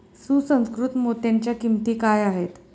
सुसंस्कृत मोत्यांच्या किंमती काय आहेत